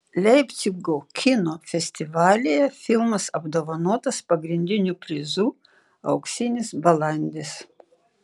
leipcigo kino festivalyje filmas apdovanotas pagrindiniu prizu auksinis balandis